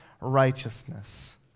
righteousness